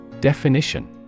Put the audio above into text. Definition